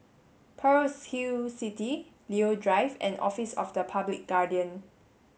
Pearl's Hill City Leo Drive and Office of the Public Guardian